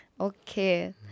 Okay